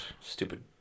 Stupid